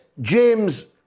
James